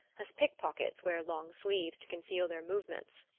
as pick-pockets wear long sleeves to conceal their movements.